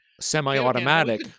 Semi-automatic